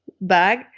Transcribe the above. bag